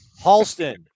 Halston